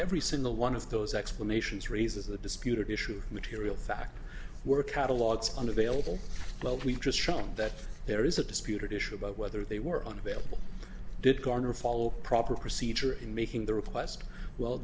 every single one of those explanations raises the disputed issue material fact we're catalogs unavailable well we've just shown that there is a disputed issue about whether they were unavailable did garner follow proper procedure in making the request well